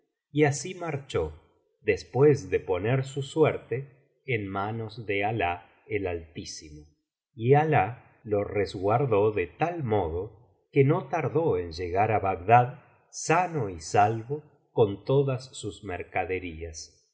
y asi marchó después de poner su suerte en manos de alah el altísimo y alah lo resguardó de tal modo que no tardó en llegar á bagdad sano y salvo con todas sus mercaderías